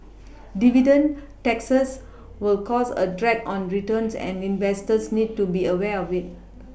dividend taxes will cause a drag on returns and investors need to be aware of it